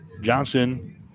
Johnson